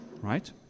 right